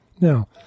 Now